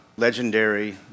legendary